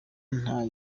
nta